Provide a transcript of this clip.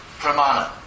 pramana